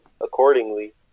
accordingly